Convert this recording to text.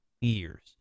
years